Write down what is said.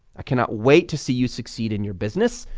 i cannot wait to see you succeed in your business,